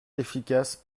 efficace